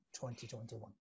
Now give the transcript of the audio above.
2021